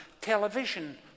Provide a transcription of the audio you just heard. television